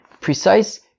precise